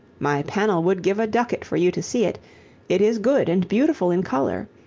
my panel would give a ducat for you to see it it is good and beautiful in color.